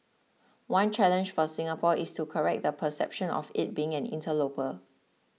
one challenge for Singapore is to correct the perception of it being an interloper